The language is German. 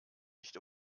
nicht